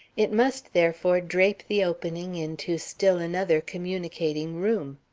it must, therefore, drape the opening into still another communicating room.